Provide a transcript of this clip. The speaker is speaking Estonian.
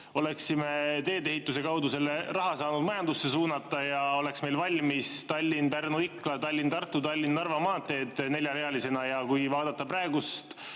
oleksime tee-ehituse kaudu selle raha saanud majandusse suunata ja oleks meil valmis Tallinna–Pärnu–Ikla, Tallinna–Tartu ning Tallinna–Narva maanteed neljarealisena. Kui vaadata praegust